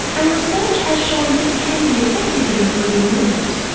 and research has shown this can be effective at improving movement.